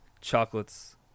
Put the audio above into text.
chocolates